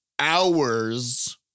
Hours